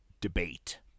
debate